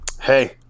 Hey